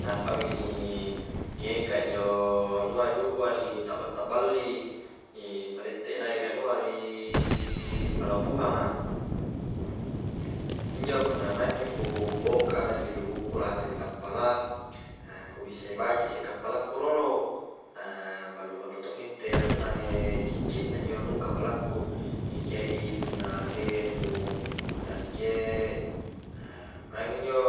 Nampa mi ni ni engka injo juku' a ni takba-takballi ni palette i naik ri anua ri pelabuhanga injo punna maing mi ku bongkara injo juku'ku rate ri kappala ku bissai baji isse kappala ku rolo ballo-ballo to ni itte anunna ce'ce' na injo kappala ku ni ce' i punna rie nu la ni ce' maing injo